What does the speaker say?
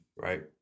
Right